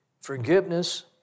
Forgiveness